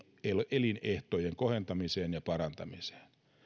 elinehtojen kohentamiseen ja parantamiseen